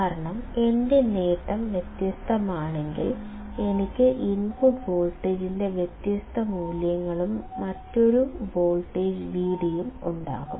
കാരണം എന്റെ നേട്ടം വ്യത്യസ്തമാണെങ്കിൽ എനിക്ക് ഇൻപുട്ട് വോൾട്ടേജിന്റെ വ്യത്യസ്ത മൂല്യങ്ങളും മറ്റൊരു വോൾട്ടേജ് Vd യും ഉണ്ടാകും